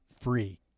free